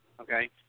Okay